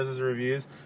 reviews